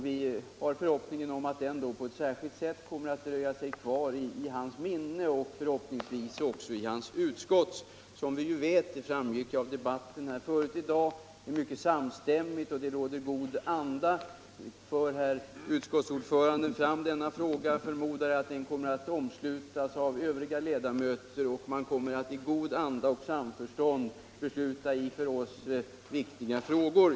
Vi hyser förhoppning om att de då på ett särskilt sätt kommer att dröja sig kvar i hans minne och förhoppningsvis också i utskottets. Som vi vet —- det framgick av debatten tidigare i dag — råder det samstämmighet och god anda inom utskottet. För herr utskottsordföranden fram dessa frågor, förmodar jag att de kommer att omslutas av övriga ledamöter, och utskottet kommer i god anda och samförstånd att besluta i för oss viktiga frågor.